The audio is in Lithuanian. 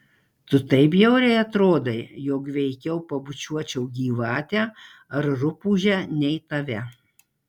tu taip bjauriai atrodai jog veikiau pabučiuočiau gyvatę ar rupūžę nei tave